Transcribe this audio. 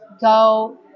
go